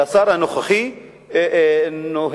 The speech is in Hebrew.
שהשר הנוכחי נוהג,